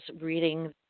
reading